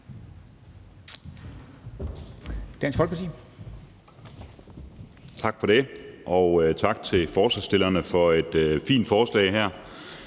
Dansk Folkeparti.